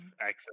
access